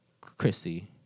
Chrissy